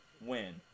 win